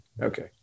Okay